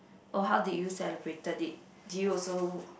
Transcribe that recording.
oh how did you celebrated it did you also